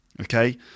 okay